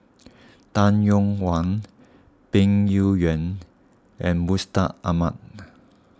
Tay Yong Kwang Peng Yuyun and Mustaq Ahmad